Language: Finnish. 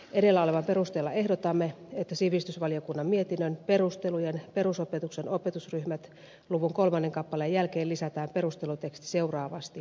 edellä olevan perusteella ehdotamme että sivistysvaliokunnan mietinnön perustelujen perusopetuksen opetusryhmät luvun kolmannen kappaleen jälkeen lisätään perusteluteksti seuraavasti